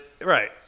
Right